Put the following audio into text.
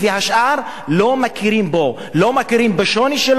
לא מכירים בשוני שלו, לא מכירים בייחוד שלו.